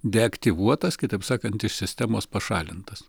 deaktivuotas kitaip sakant iš sistemos pašalintas